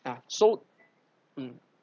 ya so